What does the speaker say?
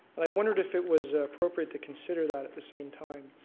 i wondered if it was appropriate to consider that at the same time.